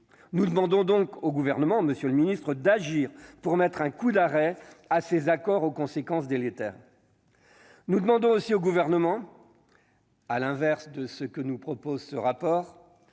nous demandons donc au gouvernement, Monsieur le Ministre, d'agir pour mettre un coup d'arrêt à ces accords, aux conséquences délétères nous demandons aussi au gouvernement, à l'inverse de ce que nous propose ce rapport